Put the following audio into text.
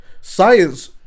Science